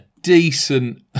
decent